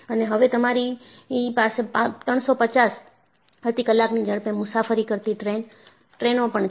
અને હવે તમારી પાસે 350 માઇલ પ્રતિ કલાકની ઝડપે મુસાફરી કરતી ટ્રેનો પણ છે